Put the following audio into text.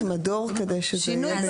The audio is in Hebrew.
אני אקרא את הגדרת מדור כדי שזה יהיה ביחד.